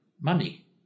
money